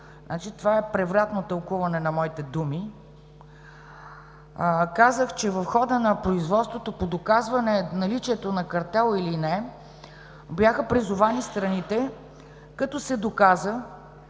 Това е превратно тълкуване на моите думи. Казах, че в хода на производството по доказване наличието на картел или не, бяха призовани страните като се доказа,